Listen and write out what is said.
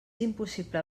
impossible